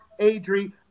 adri